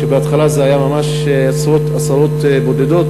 כשבהתחלה זה היה ממש עשרות בודדות.